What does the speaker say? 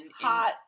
Hot